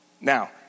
Now